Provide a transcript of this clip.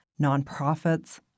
nonprofits